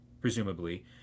presumably